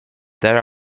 there